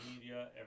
media